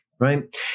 Right